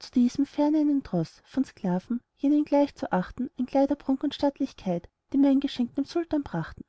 zu diesem ferner einen troß von sklaven jenen gleich zu achten an kleiderprunk und stattlichkeit die mein geschenk dem sultan brachten